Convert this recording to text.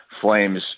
Flames –